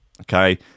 Okay